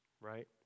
right